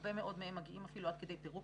הרבה מאוד מהם מגיעים אפילו עד כדי פירוק